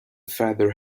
father